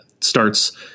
starts